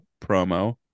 promo